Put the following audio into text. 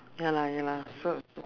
ya lah ya lah so so